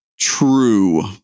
true